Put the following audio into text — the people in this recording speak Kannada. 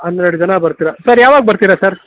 ಹನ್ನೆರಡು ಜನ ಬರ್ತೀರ ಸರ್ ಯಾವಾಗ ಬರ್ತೀರಾ ಸರ್